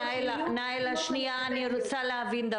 נאילה, אני רוצה להבין.